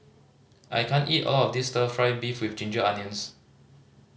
I can't eat all of this Stir Fry beef with ginger onions